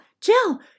Jill